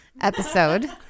episode